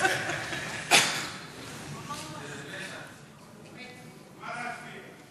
מה נצביע?